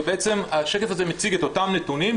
ובעצם השקף הזה מציג את אותם נתונים,